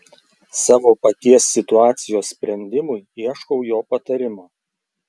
savo paties situacijos sprendimui ieškau jo patarimo